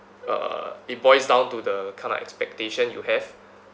uh it boils down to the kind of expectation you have